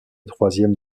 troisième